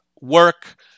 work